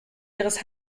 ihres